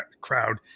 crowd